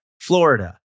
Florida